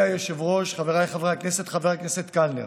חבר הכנסת קלנר,